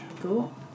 Cool